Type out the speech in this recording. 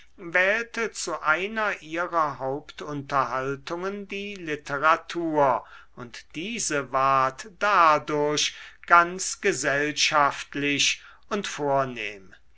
wählte zu einer ihrer hauptunterhaltungen die literatur und diese ward dadurch ganz gesellschaftlich und vornehm